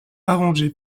arrangée